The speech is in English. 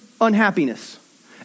unhappiness